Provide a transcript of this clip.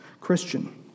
Christian